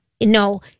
No